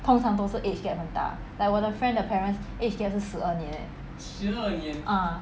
通常都是 age gap 很大 like 我的 friend 的 parents age gap 是十二年 leh ah